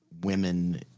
women